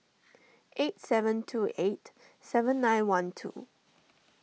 eight seven two eight seven nine one two